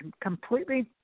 completely